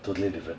totally different